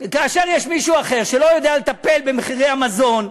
כאשר יש מישהו אחר שלא יודע לטפל במחירי המזון,